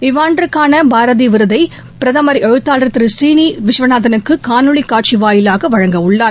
இவ்வாண்டுக்கான பாரதி விருதை பிரதமர் எழுத்தாளர் திரு சீனி விஸ்வநாதனுக்கு காணொலி வாயிலாக வழங்கவுள்ளார்